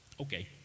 okay